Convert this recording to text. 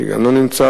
שגם לא נמצא,